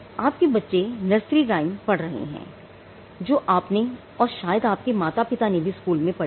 आपके बच्चे nursery rhymes पढ़ रहे हैं जो आपने और शायद आपके माता पिता ने भी स्कूल में पढ़ी थी